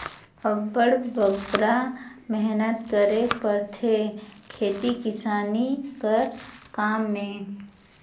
अब्बड़ बगरा मेहनत करेक परथे खेती किसानी कर काम में